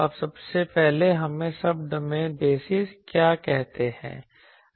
अब सबसे पहले हमें सब्डोमेन बेसिस क्या कहते हैं